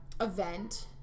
event